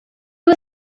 was